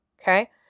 Okay